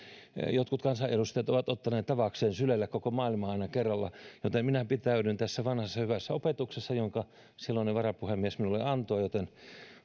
jotkut kansanedustajat ovat ottaneet tavakseen syleillä koko maailmaa aina kerralla minä pitäydyn tässä vanhassa hyvässä opetuksessa jonka silloinen varapuhemies minulle antoi joten